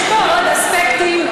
אז נכון, אז יש פה עוד אספקטים.